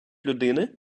людини